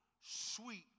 sweet